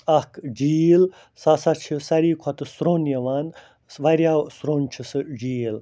اکھ جھیل سُہ ہسا چھِ ساروی کھۄتہٕ سرٛوٚن یِوان واریِہَو سرٛوٚن چھِ سُہ جھیل